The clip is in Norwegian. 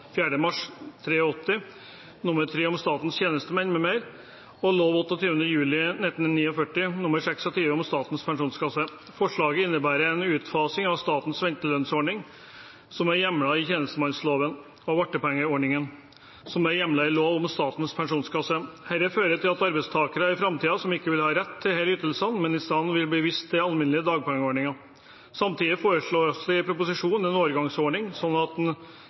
4. mars 1983 nr. 3 om statens tjenestemenn m.m. og lov av 28. juli 1949 nr. 26 om Statens pensjonskasse. Forslaget innebærer en utfasing av statens ventelønnsordning, som er hjemlet i tjenestemannsloven, og vartpengeordningen, som er hjemlet i lov om Statens pensjonskasse. Dette fører til at arbeidstakere i framtiden ikke vil ha rett til disse ytelsene, men i stedet vil bli vist til den alminnelige dagpengeordningen. Samtidig foreslås det i proposisjonen en overgangsordning, slik at